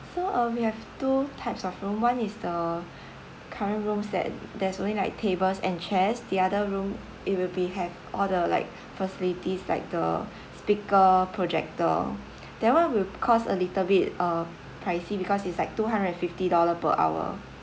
so uh we have two types of room one is the current rooms that there's only like tables and chairs the other room it will be have all the like facilities like the speaker projector that one will cost a little bit uh pricey because it's like two hundred and fifty dollar per hour